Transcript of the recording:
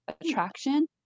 attraction